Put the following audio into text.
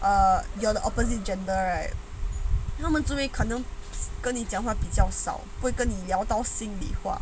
err you are the opposite gender right 他们就会可能跟你讲话比较少会跟你聊到心里话